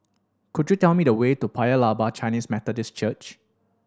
could you tell me the way to Paya Lebar Chinese Methodist Church